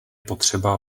potřeba